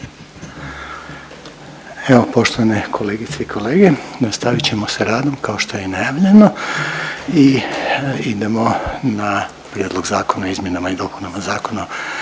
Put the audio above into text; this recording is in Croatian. Evo poštovane kolegice i kolege, nastavit ćemo sa radom kao što je i najavljeno i idemo na - Prijedlog zakona o izmjenama i dopunama Zakona